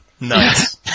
Nice